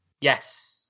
yes